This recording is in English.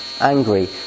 angry